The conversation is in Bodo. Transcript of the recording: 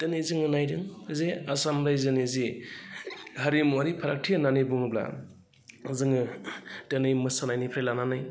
दिनै जोङो नायदों जे आसाम रायजोनि जि हारिमुवारि फारागथि होननानै बुङोब्ला जोङो दिनै मोसानायनिफ्राय लानानै